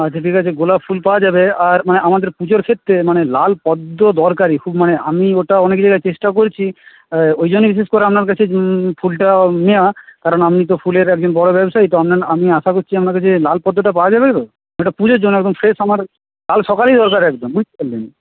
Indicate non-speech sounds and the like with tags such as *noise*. আচ্ছা ঠিক আছে গোলাপ ফুল পাওয়া যাবে আর মানে আমাদের পুজোর ক্ষেত্রে মানে লাল পদ্ম দরকারি খুব মানে আমি ওটা অনেক জায়গায় চেষ্টাও করেছি ওইজন্যেই বিশেষ করে আপনার কাছে ফুলটা নেয়া কারণ আপনি তো ফুলের একজন বড় ব্যবসায়ী তো *unintelligible* আপনি আমি আশা করছি আপনার কাছে লাল পদ্মটা পাওয়া যাবে তো ওটা পুজোর জন্য একদম ফ্রেশ আমার কাল সকালেই দরকার একদম বুঝতে পারলেন